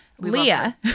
Leah